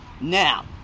Now